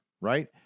right